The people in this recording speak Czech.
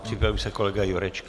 Připraví se kolega Jurečka.